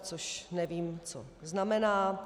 Což nevím, co znamená.